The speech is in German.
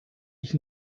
ich